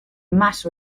más